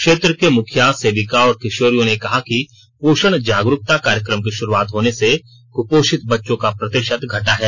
क्षेत्र के मुखिया सेविका और किशोरियों ने कहा कि पोषण जागरूकता कार्यक्रम की शुरुआत होने से कुपोषित बच्चों का प्रतिशत घटा है